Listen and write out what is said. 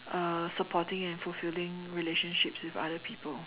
uh supporting and fulfilling relationships with other people